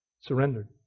surrendered